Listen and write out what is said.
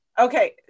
Okay